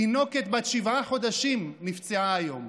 תינוקת בת שבעה חודשים נפצעה היום.